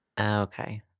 okay